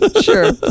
sure